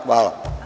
Hvala.